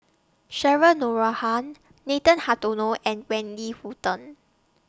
Cheryl Noronha Nathan Hartono and Wendy Hutton